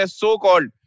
so-called